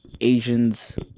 Asians